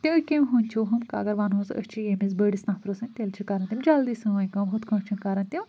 اگر ونہوس أسۍ چھِ ییٚمِس بٔڑِس نفرٕ سٕنٛدۍ تیٚلہِ چھِ کَران تِم جلدی سٲنۍ کٲم ہُتھ کٲنٛٹھۍ چھِنہٕ کَران تِم